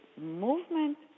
movement